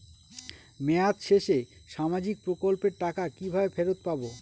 মেয়াদ শেষে সামাজিক প্রকল্পের টাকা কিভাবে ফেরত পাবো?